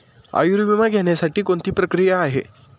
आयुर्विमा घेण्यासाठी कोणती प्रक्रिया आहे?